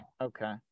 Okay